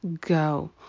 go